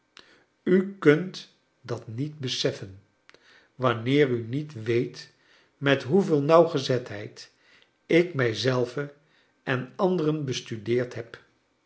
u kunt dat niet beseffen wanneer u niet weet met hoeveel nauwgezetheid ik mij zelve en anderen bestudeerd heb